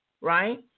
right